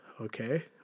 okay